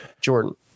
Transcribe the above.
Jordan